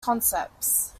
concepts